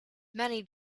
many